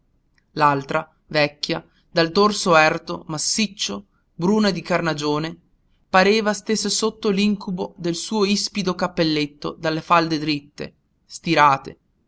l'altra vecchia dal torso erto massiccio bruna di carnagione pareva stesse sotto l'incubo del suo ispido cappelletto dalle falde dritte stirate